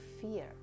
fear